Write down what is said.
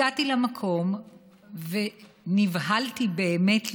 הגעתי למקום ונבהלתי באמת לראות,